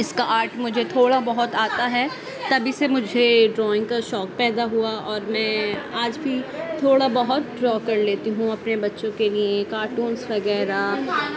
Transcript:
اس کا آرٹ مجھے تھوڑا بہت آتا ہے تبھی سے مجھے ڈرائنگ کا شوق پیدا ہوا اور میں آج بھی تھوڑا بہت ڈرا کر لیتی ہوں اپنے بچوں کے لئے کارٹونس وغیرہ